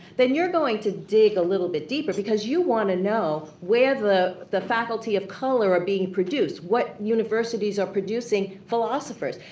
then you're going to dig a little bit deeper because you want to know where the the faculty of color are being produced, what universities are producing philosopher,